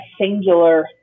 singular